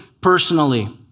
personally